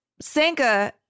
Sanka